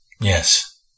Yes